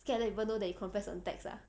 scared let people know that you confess on text ah